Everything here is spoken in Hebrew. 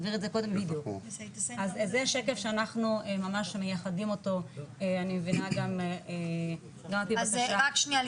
זה שקף שאנחנו ממש מייחדים אותו --- אז רק שנייה,